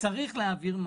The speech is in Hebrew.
צריך להעביר מהר.